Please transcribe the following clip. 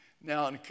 Now